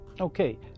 Okay